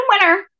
winner